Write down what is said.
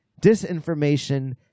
disinformation